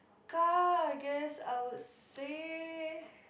car I guess I would say